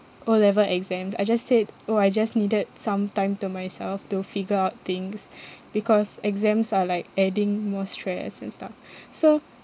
O'level exam I just said oh I just needed some time to myself to figure out things because exams are like adding more stress and stuff so